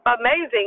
Amazing